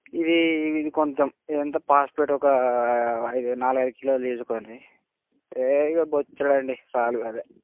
ఇది ఇది కొంచెం ఎంత ఫాస్ఫేట్ ఒక ఐదు నాలుగు ఐదు కిలోలు తీసుకొని ఏ ఇక బొచ్చెడు అండి చాలు గదె